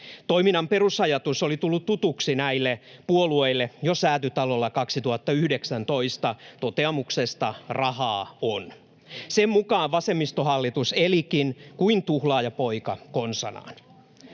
Toiminnan perusajatus oli tullut tutuksi näille puolueille jo Säätytalolla 2019 toteamuksesta ”rahaa on”. Sen mukaan vasemmistohallitus elikin — kuin tuhlaajapoika konsanaan.